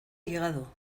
llegado